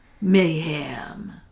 mayhem